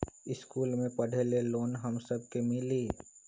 इश्कुल मे पढे ले लोन हम सब के मिली?